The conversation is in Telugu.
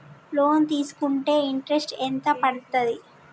లోన్ తీస్కుంటే ఇంట్రెస్ట్ ఎంత పడ్తది?